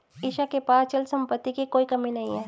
ईशा के पास अचल संपत्ति की कोई कमी नहीं है